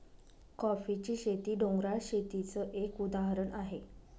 कॉफीची शेती, डोंगराळ शेतीच एक उदाहरण आहे